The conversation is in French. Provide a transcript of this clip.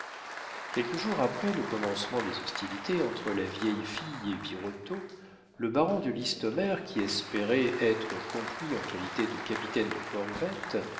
quelques jours après le commencement des hostilités entre la vieille fille et birotteau le baron de listomère qui espérait être compris en qualité de capitaine de corvette